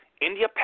India